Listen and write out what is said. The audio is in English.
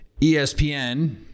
ESPN